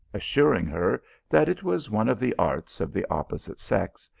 assuring her that it was one of the arts of the opposite sex,